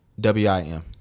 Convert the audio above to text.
w-i-m